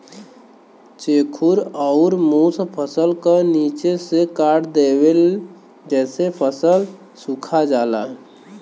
चेखुर अउर मुस फसल क निचे से काट देवेले जेसे फसल सुखा जाला